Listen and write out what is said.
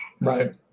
Right